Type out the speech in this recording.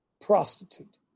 prostitute